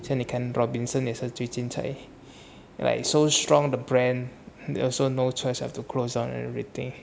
像你看 robinson 也是最近才 like so strong the brand they also no choice have to close on everything